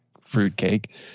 fruitcake